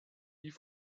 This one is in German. die